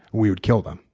we would kill them.